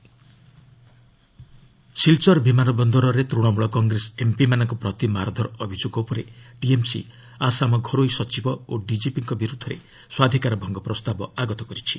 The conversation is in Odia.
ଏଲ୍ଏସ୍ ପ୍ରିଭିଲେଜ୍ ନୋଟିସ୍ ସିଲ୍ଚର ବିମାନ ବନ୍ଦରରେ ତୃଶମୂଳ କଂଗ୍ରେସ ଏମ୍ପିମାନଙ୍କ ପ୍ରତି ମାର୍ଧର ଅଭିଯୋଗ ଉପରେ ଟିଏମ୍ସି ଆସାମ ଘରୋଇ ସଚିବ ଓ ଡିକିପିଙ୍କ ବିରୁଦ୍ଧରେ ସ୍ୱାଧିକାର ଭଙ୍ଗ ପ୍ରସ୍ତାବ ଆଗତ କରିଛି